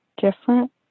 different